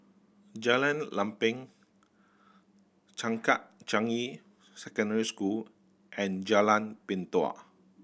Jalan Lempeng Changkat Changi Secondary School and Jalan Pintau